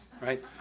right